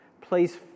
Please